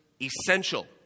essential